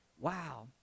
Wow